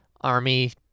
Army